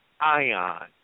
ion